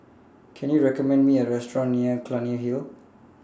Can YOU recommend Me A Restaurant near Clunny Hill